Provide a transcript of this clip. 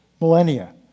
millennia